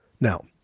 Now